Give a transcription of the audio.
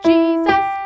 Jesus